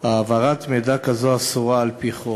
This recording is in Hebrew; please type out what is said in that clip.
אדוני היושב-ראש,